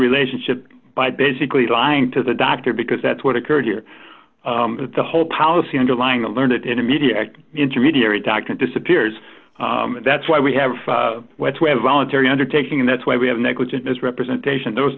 relationship by basically lying to the doctor because that's what occurred here but the whole policy underlying the learned in a media intermediary doctrine disappears that's why we have went to a voluntary undertaking and that's why we have negligent misrepresentation th